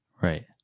right